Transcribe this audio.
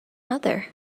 mother